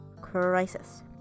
crisis